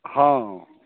हॅं